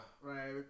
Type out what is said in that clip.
Right